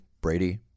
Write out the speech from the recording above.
brady